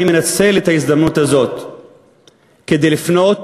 אני מנצל את ההזדמנות הזאת כדי לפנות